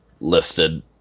listed